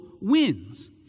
wins